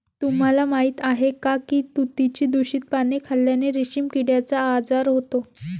तुम्हाला माहीत आहे का की तुतीची दूषित पाने खाल्ल्याने रेशीम किड्याचा आजार होतो